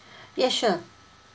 yeah sure